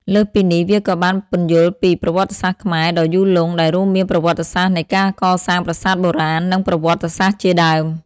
លើសពីនេះ វាក៏បានពន្យល់ពី ប្រវត្តិសាស្ត្រខ្មែរ ដ៏យូរលង់ ដែលរួមមានប្រវត្តិសាស្ត្រនៃការកសាងប្រាសាទបុរាណ និងប្រវត្តិសាស្ត្រជាដើម។